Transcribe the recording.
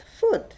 food